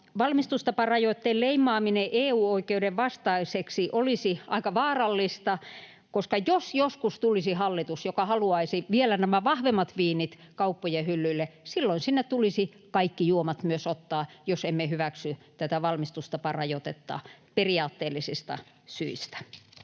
Valmistustaparajoitteen leimaaminen EU-oikeuden vastaiseksi olisi aika vaarallista, koska jos joskus tulisi hallitus, joka haluaisi vielä nämä vahvemmat viinit kauppojen hyllyille, silloin sinne tulisi myös ottaa kaikki juomat, jos emme hyväksy tätä valmistustaparajoitetta periaatteellisista syistä.